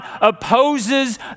opposes